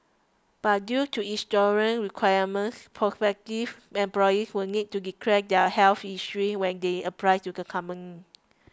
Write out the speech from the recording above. but due to insurance requirements prospective employees will need to declare their health history when they apply to the company